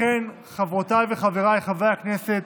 לכן, חברותיי וחבריי חברי הכנסת,